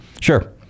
Sure